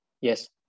yes